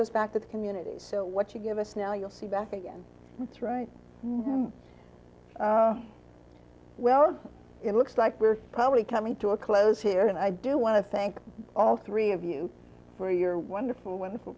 this back to the communities so what you give us now you'll see back again that's right well it looks like we're probably coming to a close here and i do want to thank all three of you for your wonderful wonderful